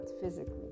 physically